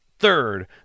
Third